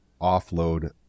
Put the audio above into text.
offload